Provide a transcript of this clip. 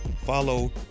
Follow